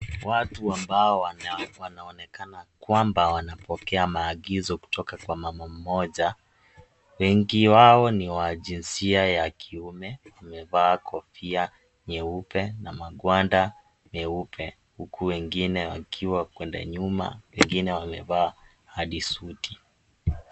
Watu ambao wana wanaonekana kwamba wanapokea maagizo kutoka kwa mama mmoja, wengi wao niwajinsia ya kiume wamevaa kofia nyeupe na magwanda meupe huku wengine wakiwa kwenda nyuma, wengine wamevaa hadi suti.